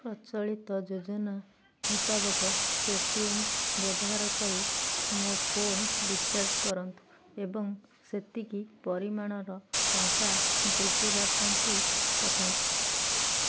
ପ୍ରଚଳିତ ଯୋଜନା ମୁତାବକ ପେ ଟି ଏମ୍ ବ୍ୟବହାର କରି ମୋ ଫୋନ ରିଚାର୍ଜ କରନ୍ତୁ ଏବଂ ସେତିକି ପରିମାଣର ଟଙ୍କା ଜେଜେବାପାକୁ ପଠାନ୍ତୁ